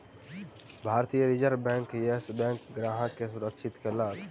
भारतीय reserve bank, Yes बैंकक ग्राहक के सुरक्षित कयलक